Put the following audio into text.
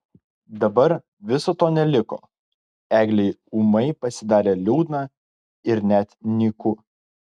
dabar viso to neliko eglei ūmai pasidarė liūdna ir net nyku